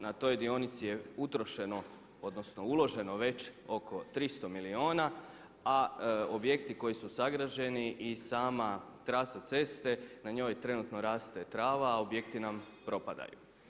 Na toj dionici je utrošeno, odnosno uloženo već ok 300 milijuna a objekti koji su sagrađeni i sama trasa ceste na njoj trenutno raste trava a objekti nam propadaju.